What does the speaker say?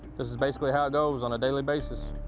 this is basically how it goes on a daily basis.